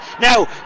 Now